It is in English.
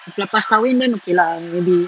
lepas kahwin then okay lah maybe